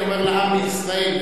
אני אומר לעם בישראל,